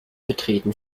betreten